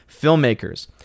filmmakers